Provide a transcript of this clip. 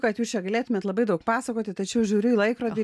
kad jūs čia galėtumėt labai daug pasakoti tačiau žiūriu į laikrodį